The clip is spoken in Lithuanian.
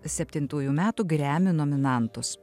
septintųjų metų grammy nominantus